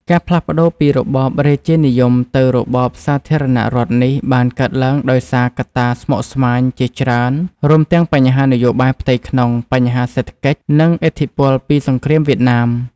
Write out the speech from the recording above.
ការផ្លាស់ប្ដូរពីរបបរាជានិយមទៅរបបសាធារណរដ្ឋនេះបានកើតឡើងដោយសារកត្តាស្មុគស្មាញជាច្រើន រួមទាំងបញ្ហានយោបាយផ្ទៃក្នុង បញ្ហាសេដ្ឋកិច្ច និងឥទ្ធិពលពីសង្គ្រាមវៀតណាម។